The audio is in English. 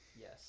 Yes